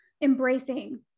embracing